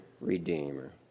redeemer